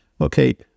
okay